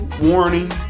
WARNING